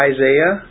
Isaiah